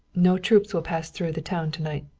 no troops will pass through the town to-night.